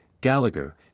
Gallagher